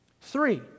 Three